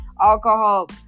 alcohol